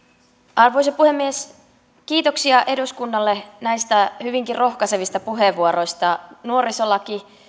arvoisa puhemies kiitoksia eduskunnalle näistä hyvinkin rohkaisevista puheenvuoroista nuorisolaki